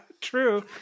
true